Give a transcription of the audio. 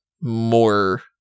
more